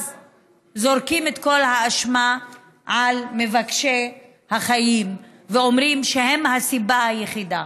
זורקים את כל האשמה על מבקשי החיים ואומרים שהם הסיבה היחידה.